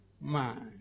mind